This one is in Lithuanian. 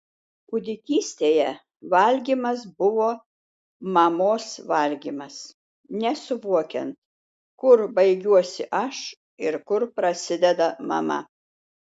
kūdikystėje valgymas buvo mamos valgymas nesuvokiant kur baigiuosi aš ir kur prasideda mama